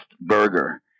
burger